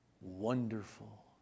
wonderful